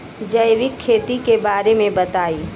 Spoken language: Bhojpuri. जैविक खेती के बारे में बताइ